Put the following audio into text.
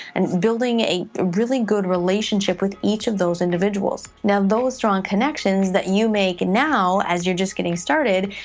and building a really good relationship with each of those individuals. now, those strong connections that you make now, as you're just getting started,